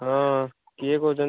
ହଁ କିଏ କହୁଛନ୍ତି